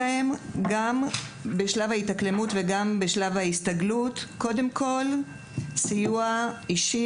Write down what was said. בשלב ההתאקלמות ובשלב ההסתגלות הם מקבלים סיוע אישי